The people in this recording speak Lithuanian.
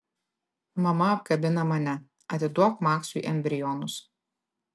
mama apkabina mane atiduok maksui embrionus